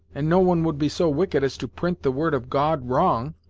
and no one would be so wicked as to print the word of god wrong.